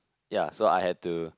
ya so I had to